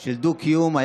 של דו-קיום.